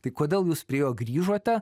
tai kodėl jūs prie jo grįžote